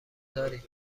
داریم